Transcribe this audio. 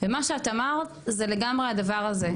ומה שאת אמרת זה לגמרי הדבר הזה.